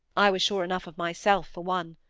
i was sure enough of myself, for one.